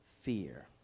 fear